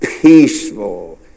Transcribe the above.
Peaceful